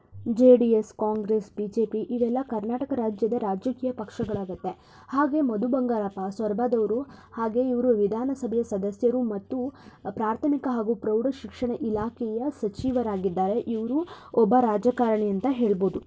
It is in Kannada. J D S Congress B J P ಇವೆಲ್ಲ ಕರ್ನಾಟಕ ರಾಜ್ಯದ ರಾಜಕೀಯ ಪಕ್ಷಗಳಾಗುತ್ತೆ ಹಾಗೆ ಮಧು ಬಂಗಾರಪ್ಪ ಸೊರಬದವರು ಹಾಗೆ ಇವರು ವಿಧಾನಸಭೆಯ ಸದಸ್ಯರು ಮತ್ತು ಪ್ರಾಥಮಿಕ ಹಾಗೂ ಪ್ರೌಢಶಿಕ್ಷಣ ಇಲಾಖೆಯ ಸಚಿವರಾಗಿದ್ದಾರೆ ಇವರು ಒಬ್ಬ ರಾಜಕಾರಣಿ ಅಂತ ಹೇಳ್ಬೋದು